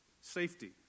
Safety